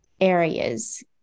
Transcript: areas